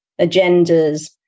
agendas